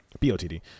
BOTD